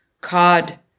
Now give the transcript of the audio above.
cod